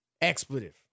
expletive